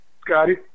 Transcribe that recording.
Scotty